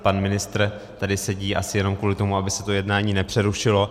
Pan ministr tady sedí asi jenom kvůli tomu, aby se to jednání nepřerušilo.